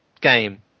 game